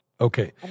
Okay